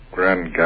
Grand